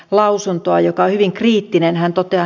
lausuntoa ja kaiken kriittinen hän toteaa